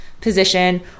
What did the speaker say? position